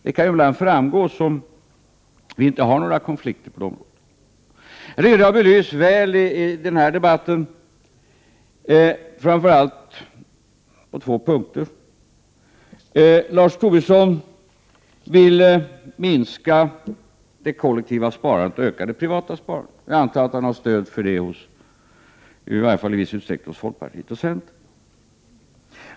Det kan ibland förefalla som om vi inte har några konflikter på det området, men jag tycker att det har belysts väl i den här debatten, framför allt på två punkter. Lars Tobisson vill minska det kollektiva sparandet och öka det privata sparandet. Jag antar att han i varje fall i viss utsträckning har stöd för det hos folkpartiet och centern.